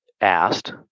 asked